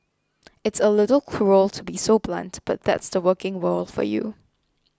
it's a little cruel to be so blunt but that's the working world for you